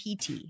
PT